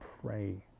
pray